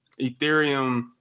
Ethereum